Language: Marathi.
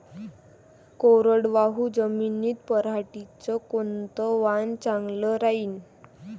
कोरडवाहू जमीनीत पऱ्हाटीचं कोनतं वान चांगलं रायीन?